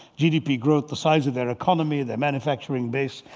gdp growth. the size of their economy. their manufacturing base.